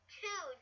two